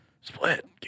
Split